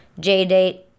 JDate